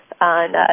on